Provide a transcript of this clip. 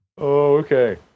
okay